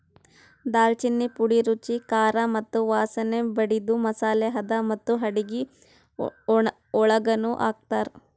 ದಾಲ್ಚಿನ್ನಿ ಪುಡಿ ರುಚಿ, ಖಾರ ಮತ್ತ ವಾಸನೆ ಬಿಡದು ಮಸಾಲೆ ಅದಾ ಮತ್ತ ಅಡುಗಿ ಒಳಗನು ಹಾಕ್ತಾರ್